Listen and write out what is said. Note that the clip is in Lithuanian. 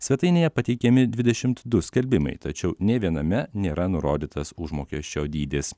svetainėje pateikiami dvidešimt du skelbimai tačiau nė viename nėra nurodytas užmokesčio dydis